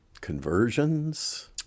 conversions